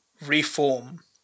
reform